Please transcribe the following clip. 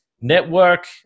Network